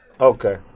Okay